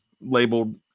labeled